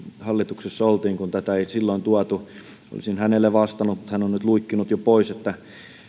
hallituksessa oltiin kun tätä ei silloin tuotu olisin hänelle vastannut mutta hän on nyt luikkinut jo pois että